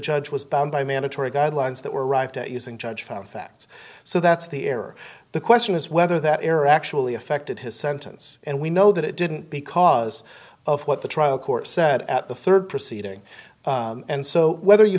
judge was bound by mandatory guidelines that were arrived at using judge found facts so that's the error the question is whether that error actually affected his sentence and we know that it didn't because of what the trial court said at the rd proceeding and so whether you